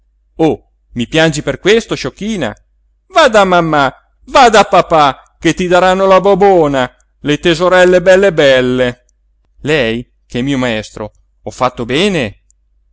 papà o mi piangi per questo sciocchina va da mammà va da papà che ti daranno la bobona le toserelle belle belle lei che è mio maestro ho fatto bene